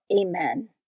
Amen